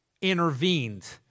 intervened